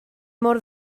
mor